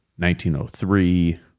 1903